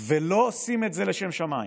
ולא עושים את זה לשם שמיים.